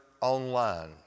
online